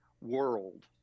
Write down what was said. world